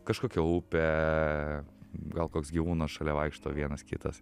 kažkokia upė gal koks gyvūnas šalia vaikšto vienas kitas